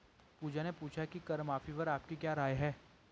पूजा ने पूछा कि कर माफी पर आपकी क्या राय है?